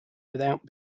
without